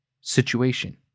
situation